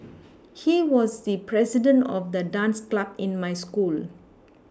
he was the president of the dance club in my school